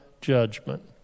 judgment